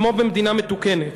כמו במדינה מתוקנת.